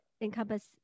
encompass